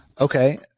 Okay